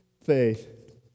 faith